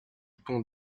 pont